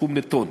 סכום לטונה,